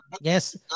yes